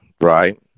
right